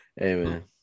Amen